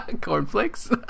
Cornflakes